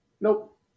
Nope